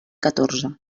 catorze